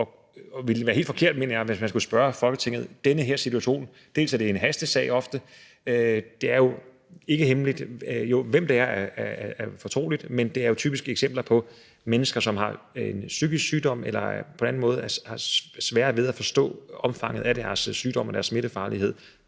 helt forkert, hvis man skulle spørge Folketinget i sådan en situation. Det en ofte en hastesag, og det er fortroligt, hvem der er tale om, og der er typisk tale om mennesker, som har en psykisk sygdom eller på anden måde har sværere ved at forstå omfanget af deres sygdom og smittefarlighed,